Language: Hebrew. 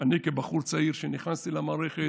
אני כבחור צעיר שנכנס למערכת,